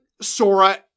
sora